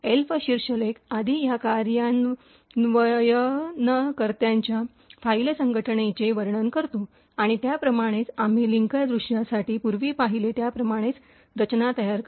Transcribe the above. elf शीर्षलेख आधी या कार्यान्वयनकर्त्याच्या फाईल संघटनेचे वर्णन करतो आणि त्याप्रमाणेच आम्ही लिंकर दृश्यासाठी पूर्वी पाहिले त्याप्रमाणेच रचना तयार करते